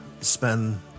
spend